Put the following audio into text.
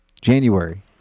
January